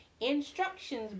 instructions